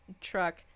truck